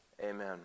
Amen